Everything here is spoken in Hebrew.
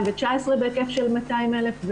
בהיקף של 200 אלף,